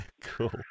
cool